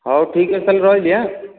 ହଉ ଠିକ୍ ଅଛି ତା'ହେଲେ ରହିଲି ଆ